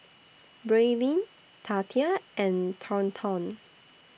Braelyn Tatia and Thornton